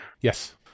Yes